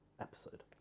episode